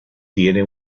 tiene